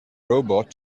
robot